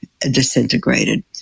disintegrated